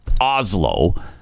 Oslo